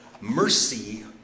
Mercy